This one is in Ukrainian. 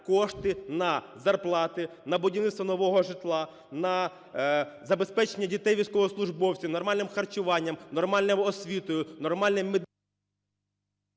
кошти на зарплати, на будівництво нового житла, на забезпечення дітей військовослужбовців нормальним харчуванням, нормальною освітою, нормальним…